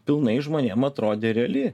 pilnai žmonėm atrodė reali